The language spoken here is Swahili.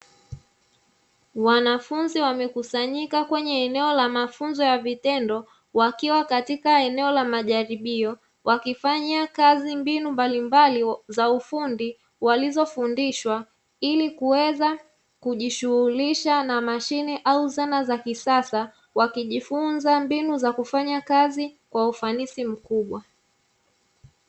Wanafunzi wamekusanyika kwenye eneo la mafunzo ya vitendo, wakiwa katika eneo la majaribio, wakifanya kazi mbinu mbalimbali za ufundi walizofundishwa ili kuweza kujishughulisha na mashine au zana za kisasa wakijifunza mbinu za kufanya kazi kwa ufanisi mkubwa.